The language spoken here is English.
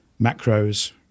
macros